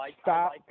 Stop